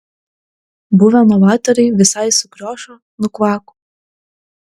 buvę novatoriai visai sukriošo nukvako